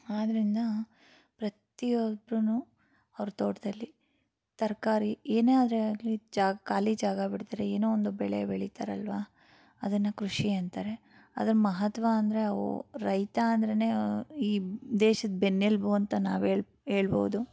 ಆದ್ದರಿಂದ ಪ್ರತಿಯೊಬ್ರು ಅವ್ರ ತೋಟದಲ್ಲಿ ತರಕಾರಿ ಏನೇ ಆದರೆ ಆಗಲಿ ಜಾಗ ಖಾಲಿ ಜಾಗ ಬಿಡ್ದೆ ಏನೋ ಒಂದು ಬೆಳೆ ಬೆಳೀತಾರಲ್ಲವಾ ಅದನ್ನು ಕೃಷಿ ಅಂತಾರೆ ಅದ್ರ ಮಹತ್ವ ಅಂದರೆ ಅವು ರೈತ ಅಂದ್ರೆ ಈ ದೇಶದ ಬೆನ್ನೆಲುಬು ಅಂತ ನಾವು ಹೇಳ್ ಹೇಳ್ಬೌದು